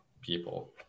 people